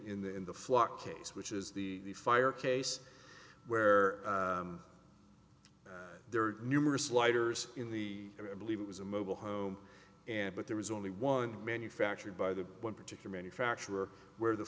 case which is the fire case where there are numerous lighters in the i believe it was a mobile home and but there was only one manufactured by the one particular manufacturer where the